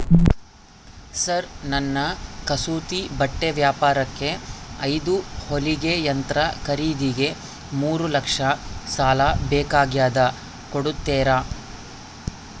Sir ನನ್ನ ಕಸೂತಿ ಬಟ್ಟೆ ವ್ಯಾಪಾರಕ್ಕೆ ಐದು ಹೊಲಿಗೆ ಯಂತ್ರ ಖರೇದಿಗೆ ಮೂರು ಲಕ್ಷ ಸಾಲ ಬೇಕಾಗ್ಯದ ಕೊಡುತ್ತೇರಾ?